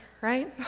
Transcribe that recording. right